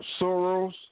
Soros